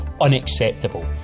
unacceptable